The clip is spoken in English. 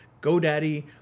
GoDaddy